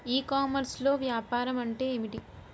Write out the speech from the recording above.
ఈ కామర్స్లో వ్యాపారం అంటే ఏమిటి?